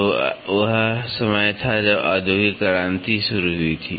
तो वह वह समय था जब औद्योगिक क्रांति शुरू हुई थी